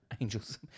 Angels